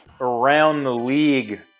around-the-league